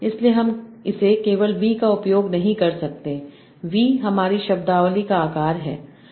इसलिए हम इसे केवल V का उपयोग नहीं कर सकते V हमारी शब्दावली का आकार है